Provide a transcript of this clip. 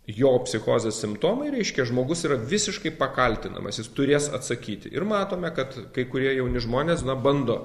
jo psichozės simptomai reiškia žmogus yra visiškai pakaltinamas jis turės atsakyti ir matome kad kai kurie jauni žmonės na bando